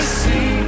see